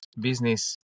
business